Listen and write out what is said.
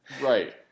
right